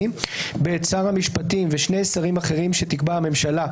שר המשפטים ושני שרים אחרים שתקבע הממשלה,